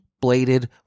bladed